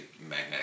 magnetic